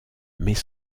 mais